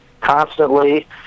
constantly